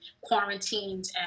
quarantined